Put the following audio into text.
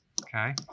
okay